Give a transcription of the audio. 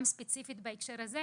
חברתי, חברת הכנסת מירב בן ארי,